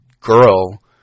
girl